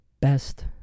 best